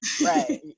right